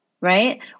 right